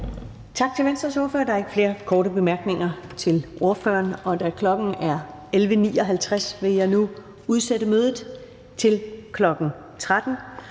Tak til Venstres ordfører. Der er ikke flere korte bemærkninger til ordføreren. Da klokken er 11.59, vil jeg nu udsætte mødet til kl. 13.00,